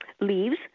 leaves